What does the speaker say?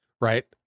Right